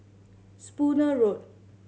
Spooner Road